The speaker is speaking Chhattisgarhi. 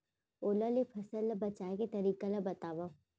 ओला ले फसल ला बचाए के तरीका ला बतावव?